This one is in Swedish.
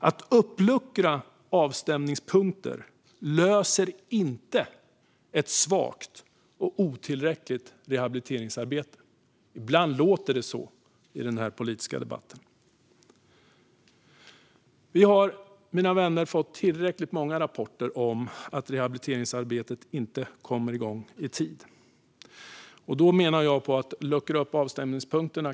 Att luckra upp avstämningspunkter är inte lösningen på ett svagt och otillräckligt rehabiliteringsarbete, även om det ibland låter så i den politiska debatten. Vi har, mina vänner, fått tillräckligt många rapporter om att rehabiliteringsarbetet inte kommer igång i tid. Då menar jag att det till och med kan kännas lite olustigt att luckra upp avstämningspunkterna.